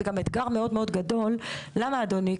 זה גם אתגר מאוד גדול, למה, אדוני?